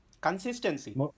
consistency